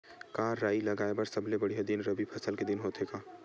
का राई लगाय बर सबले बढ़िया दिन रबी फसल के दिन होथे का?